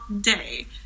day